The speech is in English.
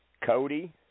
Cody